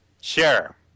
Sure